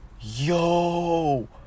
Yo